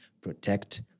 protect